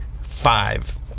five